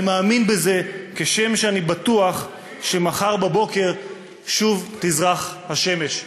אני מאמין בזה כשם שאני בטוח שמחר בבוקר שוב תזרח השמש".